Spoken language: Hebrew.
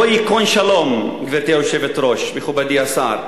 לא ייכון שלום, גברתי היושבת-ראש, מכובדי השר,